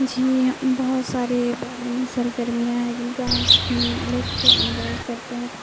جی بہت سارے بیرونی سرگرمیاں ہیں جن کا ہم لطف اندوز کرتے ہیں